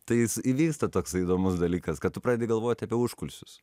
tai jis įvyksta toksai įdomus dalykas kad tu pradedi galvoti apie užkulisius